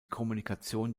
kommunikation